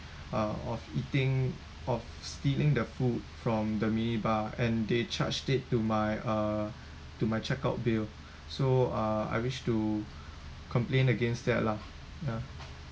uh of eating of stealing the food from the minibar and they charged it to my uh to my check out bill so uh I wish to complaint against that lah ya